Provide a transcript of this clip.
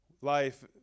life